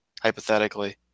hypothetically